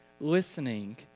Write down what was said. listening